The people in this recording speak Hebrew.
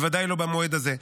בוודאי לא במועד הזה,